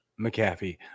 McAfee